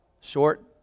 short